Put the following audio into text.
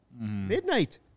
midnight